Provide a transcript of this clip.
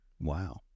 Wow